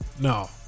No